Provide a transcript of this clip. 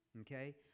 okay